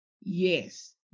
yes